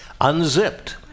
unzipped